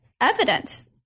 evidence